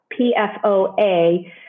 PFOA